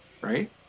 Right